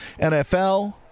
NFL